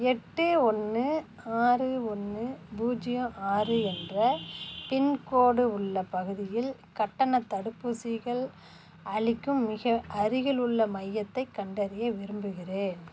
எட்டு ஒன்று ஆறு ஒன்று பூஜ்ஜியம் ஆறு என்ற பின்கோடு உள்ள பகுதியில் கட்டணத் தடுப்பூசிகள் அளிக்கும் மிக அருகிலுள்ள மையத்தைக் கண்டறிய விரும்புகிறேன்